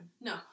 No